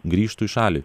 grįžtų į šalį